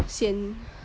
sian